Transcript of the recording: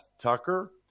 tucker